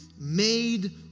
made